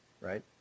right